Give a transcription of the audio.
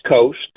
coast